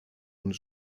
und